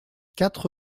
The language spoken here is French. quatre